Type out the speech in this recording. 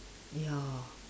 ya